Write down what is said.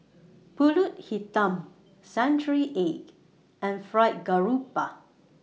Pulut Hitam Century Egg and Fried Garoupa